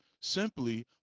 simply